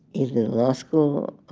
is the law school.